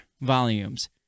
volumes